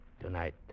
Tonight